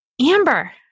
Amber